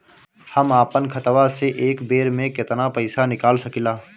हम आपन खतवा से एक बेर मे केतना पईसा निकाल सकिला?